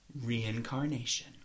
reincarnation